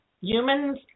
humans